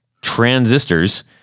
transistors